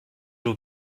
vous